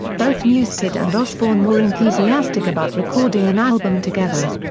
both newsted and osbourne were enthusiastic about recording an album together.